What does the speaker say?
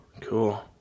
cool